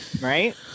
Right